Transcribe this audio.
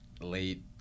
late